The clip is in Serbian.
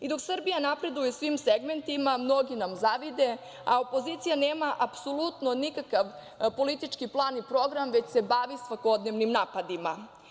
I dok Srbija napreduje u svim segmentima, mnogi nam zavide, a opozicija nema apsolutno nikakav politički plan i program, već se bavi svakodnevnim napadima.